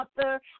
author